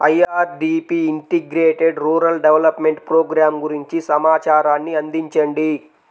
IRDP integrated rural development programme గురించి సమాచారాన్ని అందించండి?